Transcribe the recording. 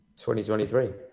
2023